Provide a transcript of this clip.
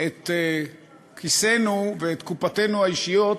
את כיסינו ואת קופותינו האישיות